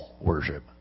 worship